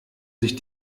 sich